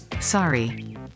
sorry